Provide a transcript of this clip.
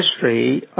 history